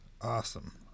Awesome